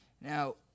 Now